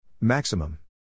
Maximum